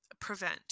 prevent